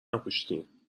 نپوشیدین